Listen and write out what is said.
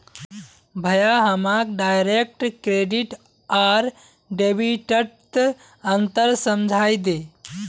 भाया हमाक direct credit आर डेबिटत अंतर समझइ दे